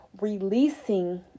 releasing